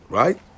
right